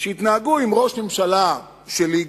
שיתנהגו עם ראש הממשלה שלי,